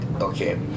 okay